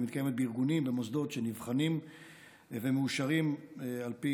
היא מתקיימת בארגונים ובמוסדות שנבחנים ומאושרים על פי